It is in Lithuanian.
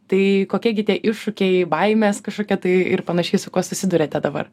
tai kokie gi tie iššūkiai baimės kažkokie tai ir panašiai su kuo susiduriate dabar